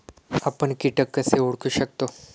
आपण कीटक कसे ओळखू शकतो?